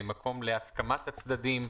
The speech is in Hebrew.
מקום להסכמת הצדדים,